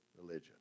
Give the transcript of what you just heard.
religion